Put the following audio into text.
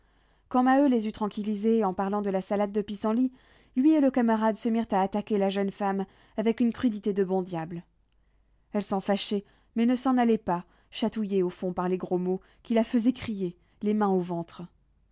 quand maheu les eut tranquillisés en parlant de la salade de pissenlits lui et le camarade se mirent à attaquer la jeune femme avec une crudité de bons diables elle s'en fâchait mais ne s'en allait pas chatouillée au fond par les gros mots qui la faisaient crier les mains au ventre